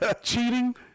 cheating